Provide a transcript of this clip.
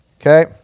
Okay